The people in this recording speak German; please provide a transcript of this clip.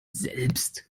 selbst